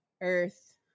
earth